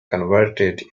converted